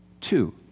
Two